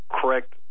correct